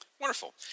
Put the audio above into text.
Wonderful